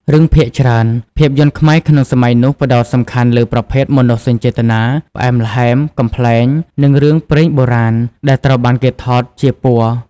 រឿងភាគច្រើន ភាពយន្តខ្មែរក្នុងសម័យនោះ ផ្ដោតសំខាន់លើប្រភេទមនោសញ្ចេតនា ផ្អែមល្ហែម កំប្លែង និងរឿងព្រេងបុរាណ ដែលត្រូវបានគេថតជាពណ៌។